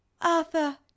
arthur